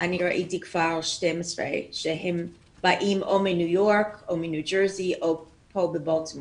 ראיתי כבר 12 ילדים שבאים או מניו יורק או מניו ג'רסי או בבולטימור,